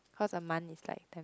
cause a month is like ten